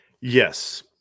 Yes